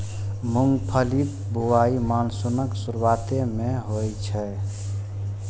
मूंगफलीक बुआई मानसूनक शुरुआते मे होइ छै